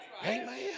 Amen